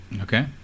Okay